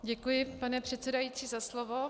Děkuji, pane předsedající, za slovo.